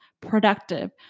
productive